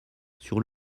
sur